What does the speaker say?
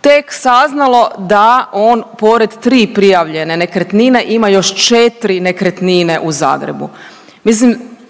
tek saznalo da on pored tri prijavljene nekretnine ima još četri nekretnine u Zagrebu. Mislim,